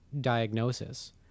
diagnosis